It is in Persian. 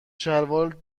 شلوار